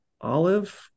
olive